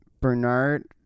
Bernard